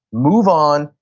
move on,